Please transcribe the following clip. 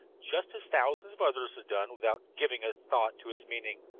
just as thousands of others had done, without giving a thought to its meaning,